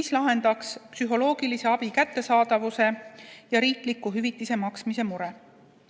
mis lahendaks psühholoogilise abi kättesaadavuse ja riikliku hüvitise maksmise mure.